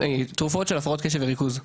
תרופות של הפרעות קשב וריכוז,